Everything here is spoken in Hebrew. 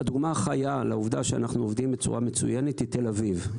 הדוגמה החיה לעובדה שאנחנו עובדים בצורה מצוינת היא תל אביב.